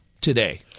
today